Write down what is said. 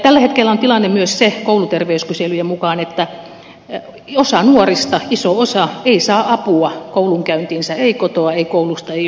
tällä hetkellä on tilanne myös se kouluterveyskyselyjen mukaan että osa nuorista iso osa ei saa apua koulunkäyntiinsä ei kotoa ei koulusta ei yhtään mistään